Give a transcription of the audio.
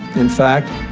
in fact